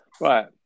right